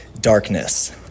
darkness